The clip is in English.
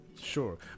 sure